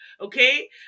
Okay